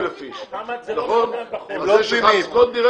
רגע, תסלחו לי,